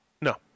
No